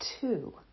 two